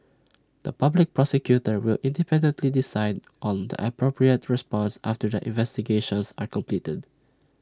the Public Prosecutor will independently decide on the appropriate response after the investigations are completed